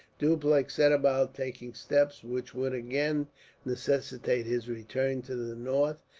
dupleix set about taking steps which would again necessitate his return to the north,